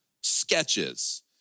sketches